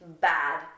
Bad